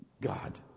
God